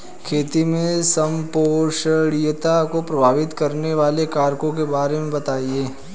खेती में संपोषणीयता को प्रभावित करने वाले कारकों के बारे में बताइये